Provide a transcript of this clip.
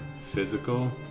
Physical